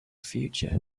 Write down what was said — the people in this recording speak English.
future